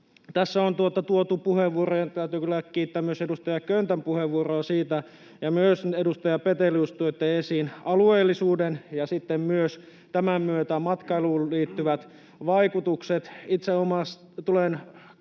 ratifioineista maista. Täytyy tässä kyllä kiittää myös edustaja Köntän puheenvuoroa, ja myös te, edustaja Petelius, toitte esiin alueellisuuden ja tämän myötä matkailuun liittyvät vaikutukset.